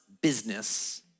business